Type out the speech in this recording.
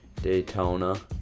Daytona